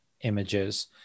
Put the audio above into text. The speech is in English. images